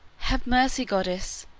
have mercy, goddess!